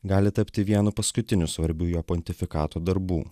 gali tapti vienu paskutinių svarbių jo pontifikato darbų